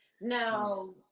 now